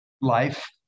life